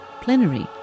Plenary